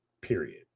period